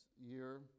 year